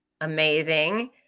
amazing